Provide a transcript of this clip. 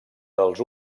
dels